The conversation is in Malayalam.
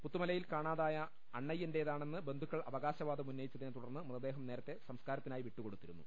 പുത്തുമലയിൽ അണ്ണയ്യന്റേതാണെന്നു കാണാതായ ബന്ധുക്കൾ അവകാശവാദമുന്നയിച്ചതിനെത്തുടർന്ന് മൃതദേഹം നേരത്തെ സംസ്കാരത്തിനായി വിട്ടുകൊടുത്തി രുന്നു